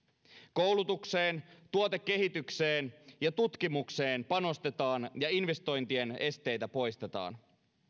koulutukseen tuotekehitykseen ja tutkimukseen panostetaan ja investointien esteitä poistetaan